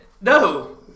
No